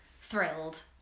thrilled